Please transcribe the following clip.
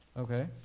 Okay